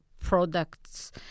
products